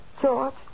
George